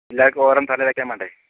എല്ലാവർക്കും ഓരോന്ന് തലയിൽ വെക്കാൻ വേണ്ടേ